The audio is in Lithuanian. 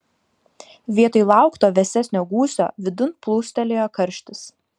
vietoj laukto vėsesnio gūsio vidun plūstelėjo karštis